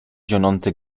zionące